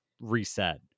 reset